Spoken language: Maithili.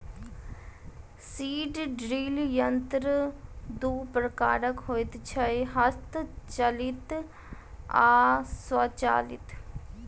सीड ड्रील यंत्र दू प्रकारक होइत छै, हस्तचालित आ स्वचालित